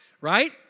right